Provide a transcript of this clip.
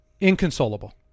inconsolable